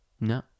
No